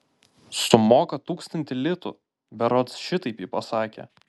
sumoka tūkstantį litų berods šitaip ji sakė